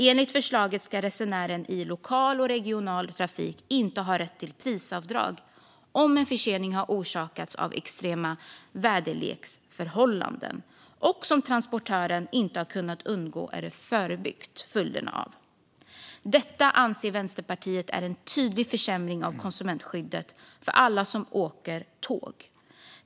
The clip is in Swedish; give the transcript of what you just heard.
Enligt förslaget ska resenären i lokal och regional trafik inte ha rätt till prisavdrag om en försening har orsakats av extrema väderleksförhållanden som transportören inte har kunnat undgå eller förebygga följderna av. Detta anser Vänsterpartiet är en tydlig försämring av konsumentskyddet för alla som åker tåg.